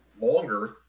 longer